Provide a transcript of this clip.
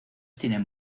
tienen